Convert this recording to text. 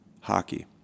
hockey